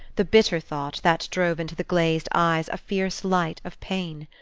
the bitter thought, that drove into the glazed eyes a fierce light of pain.